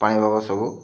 ପାଣିପାଗ ସବୁ